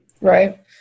Right